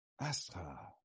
Astra